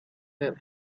that